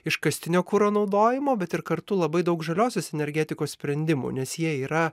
iškastinio kuro naudojimo bet ir kartu labai daug žaliosios energetikos sprendimų nes jie yra